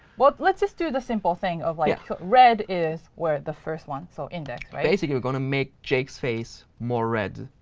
well, let's just do the simple thing of like red is where the first one. so index, right? surma basically, we're going to make jake's face more red,